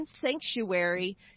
sanctuary